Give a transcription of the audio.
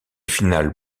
finale